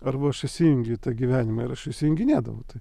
arba aš įsijungiu į tą gyvenimą ir aš įsijunginėdavau taip